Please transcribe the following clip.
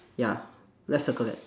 ya let's circle that